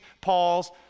Paul's